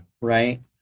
Right